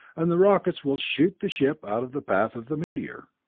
and the rockets will shoot the ship out of the path of the meteor.